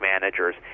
managers